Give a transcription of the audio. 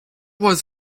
was